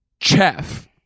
Chef